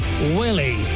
Willie